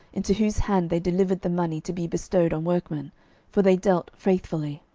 into whose hand they delivered the money to be bestowed on workmen for they dealt faithfully.